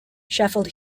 sheffield